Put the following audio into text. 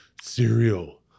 cereal